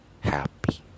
happy